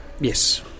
Yes